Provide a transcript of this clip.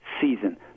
season